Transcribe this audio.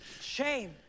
shame